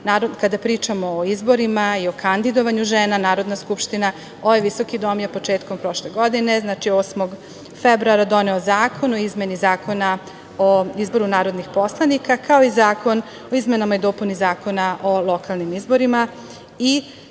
kada pričamo o izborima i o kandidovanju žena, Narodna skupština je početkom prošle godine, znači 8. februara, donela zakon o izmeni Zakona o izboru narodnih poslanika, kao i Zakon o izmeni i dopuni Zakona o lokalnim izborima